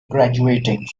graduating